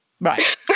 Right